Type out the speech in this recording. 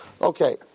Okay